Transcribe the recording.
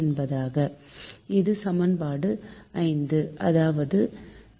அடுத்தது diversity factor